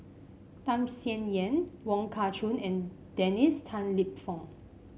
Tham Sien Yen Wong Kah Chun and Dennis Tan Lip Fong